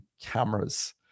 cameras